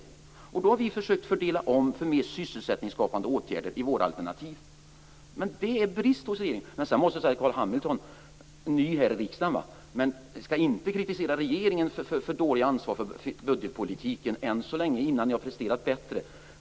Vi har i våra alternativ försökt fördela om för mer sysselsättningsskapande åtgärder. Detta är en brist hos regeringen. Carl Hamilton är ny här i riksdagen, men han skall inte kritisera regeringen för att inte ta ansvar för budgetpolitiken innan ni själva har presterat bättre.